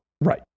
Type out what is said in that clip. Right